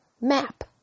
map